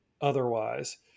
otherwise